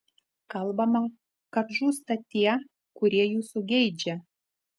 kalbama kad žūsta tie kurie jūsų geidžia